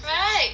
right